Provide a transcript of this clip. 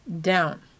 down